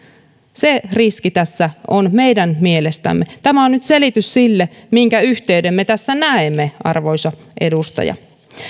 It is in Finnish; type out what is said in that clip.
se riski tässä on meidän mielestämme tämä on nyt selitys sille minkä yhteyden me tässä näemme arvoisa edustaja